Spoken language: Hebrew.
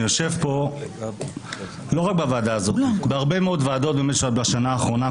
אני יושב בהרבה מאוד ועדות נוסף לוועדה הזאת בשנה האחרונה.